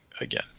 again